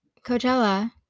coachella